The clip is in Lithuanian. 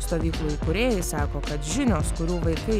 stovyklų įkūrėjai sako kad žinios kurių vaikai